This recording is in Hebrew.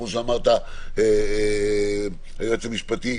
כמו שאמר היועץ המשפטי,